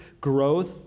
growth